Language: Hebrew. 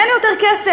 אין יותר כסף.